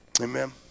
Amen